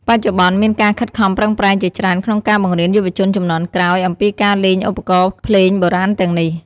បច្ចុប្បន្ន មានការខិតខំប្រឹងប្រែងជាច្រើនក្នុងការបង្រៀនយុវជនជំនាន់ក្រោយអំពីការលេងឧបករណ៍ភ្លេងបុរាណទាំងនេះ។